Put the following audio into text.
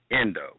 Endo